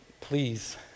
please